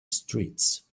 streets